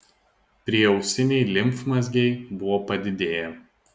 prieausiniai limfmazgiai buvo padidėję